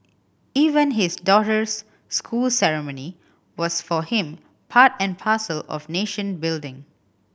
even his daughter's school ceremony was for him part and parcel of nation building